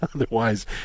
Otherwise